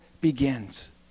begins